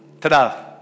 Ta-da